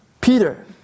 Peter